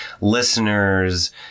listeners